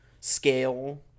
scale